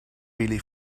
really